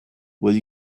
will